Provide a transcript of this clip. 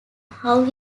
how